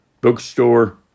bookstore